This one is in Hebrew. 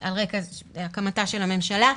על רקע הקמתה של הממשלה,